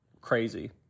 crazy